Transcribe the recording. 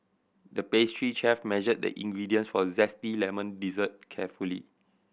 the pastry chef measured the ingredients for a zesty lemon dessert carefully